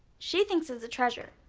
she thinks it's a treasure.